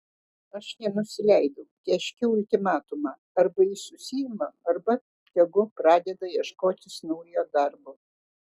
aš nenusileidau tėškiau ultimatumą arba jis susiima arba tegu pradeda ieškotis naujo darbo